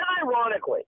ironically